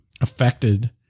affected